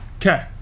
Okay